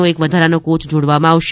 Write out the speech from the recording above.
નો એક વધારાનો કોચ જોડવામાં આવશે